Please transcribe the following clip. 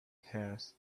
hers